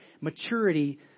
maturity